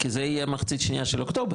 כי זאת תהיה המחצית השנייה של אוקטובר.